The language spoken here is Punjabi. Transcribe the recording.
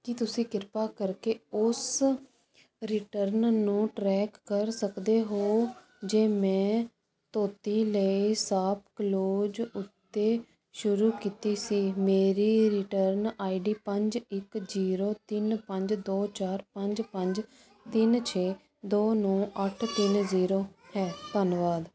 ਕੀ ਤੁਸੀਂ ਕਿਰਪਾ ਕਰਕੇ ਉਸ ਰਿਟਰਨ ਨੂੰ ਟਰੈਕ ਕਰ ਸਕਦੇ ਹੋ ਜੋ ਮੈਂ ਧੋਤੀ ਲਈ ਸਾਪਕਲੂਜ ਉੱਤੇ ਸ਼ੁਰੂ ਕੀਤੀ ਸੀ ਮੇਰੀ ਰਿਟਰਨ ਆਈ ਡੀ ਪੰਜ ਇੱਕ ਜੀਰੋ ਤਿੰਨ ਪੰਜ ਦੋ ਚਾਰ ਪੰਜ ਪੰਜ ਤਿੰਨ ਛੇ ਦੋ ਨੋ ਅੱਠ ਤਿੰਨ ਜ਼ੀਰੋ ਹੈ ਧੰਨਵਾਦ